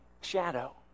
shadow